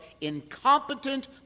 incompetent